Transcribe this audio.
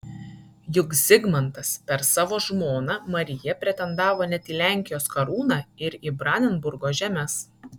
juk zigmantas per savo žmoną mariją pretendavo net į lenkijos karūną ir į brandenburgo žemes